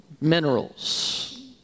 minerals